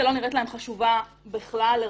לדעתי,